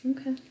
Okay